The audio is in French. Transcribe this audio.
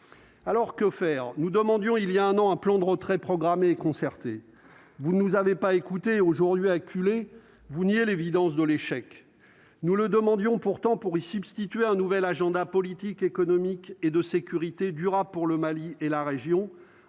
alors que faire, nous demandions il y a un an, un plan de retrait programmé concerté, vous nous avez pas écouté aujourd'hui acculé, vous niez l'évidence de l'échec, nous le demandions pourtant pour y substituer un nouvel agenda politique, économique et de sécurité durable pour le Mali et la région